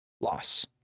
Loss